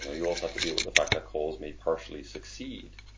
you also have to deal with the fact that calls may partially succeed,